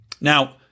Now